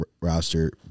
roster